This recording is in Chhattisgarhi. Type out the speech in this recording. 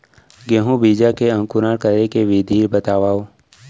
गेहूँ बीजा के अंकुरण करे के विधि बतावव?